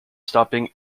stopping